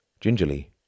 Gingerly